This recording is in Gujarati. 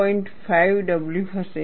5 w હશે